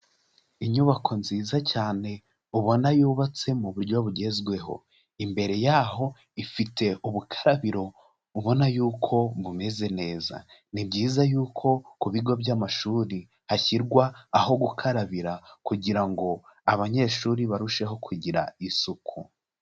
Inyubako nziza cyane ubona yubatse mu buryo bugezweho, imbere yaho ifite ubukarabiro ubona yuko bumeze neza; ni byiza yuko ku bigo by'amashuri hashyirwa aho gukarabira kugira ngo abanyeshuri barusheho kugira isuku.